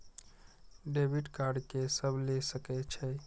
Debit card के सब ले सके छै?